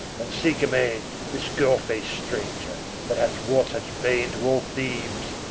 and seek amain this girl-faced stranger, that hath wrought such bane to all thebes,